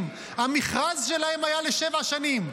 המכרז שלהם היו לשבע שנים.